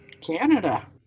Canada